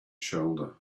shoulder